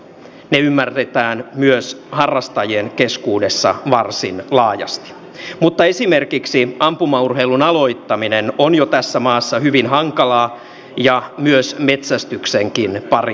ne ymmärretään myös harrastajien keskuudessa varsin laajasti mutta esimerkiksi ampumaurheilun aloittaminen on jo tässä maassa hyvin hankalaa ja myös metsästyksen pariin pääseminen